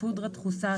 פודרה דחוסה,